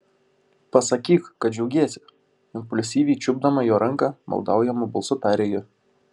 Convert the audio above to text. pasakyk kad džiaugiesi impulsyviai čiupdama jo ranką maldaujamu balsu tarė ji